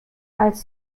als